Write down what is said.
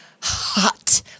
hot